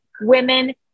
Women